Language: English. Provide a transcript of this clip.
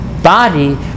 body